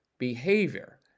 behavior